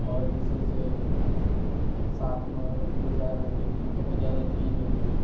आओर जे छै से साथमे अगर केओ जा रहल यऽ तऽ हुनको पर जादा ध्यान रखबै